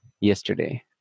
yesterday